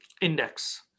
index